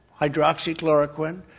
hydroxychloroquine